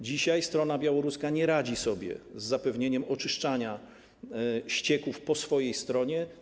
Dzisiaj strona białoruska nie radzi sobie z zapewnieniem oczyszczania ścieków po swojej stronie.